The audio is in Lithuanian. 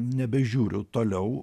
nebežiūriu toliau